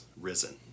risen